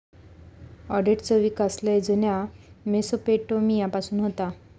ऑडिटचो विकास लय जुन्या मेसोपोटेमिया पासून होता